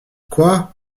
quoi